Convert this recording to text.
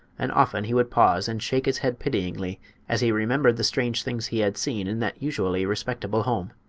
and often he would pause and shake his head pityingly as he remembered the strange things he had seen in that usually respectable home.